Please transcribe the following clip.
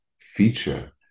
feature